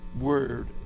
word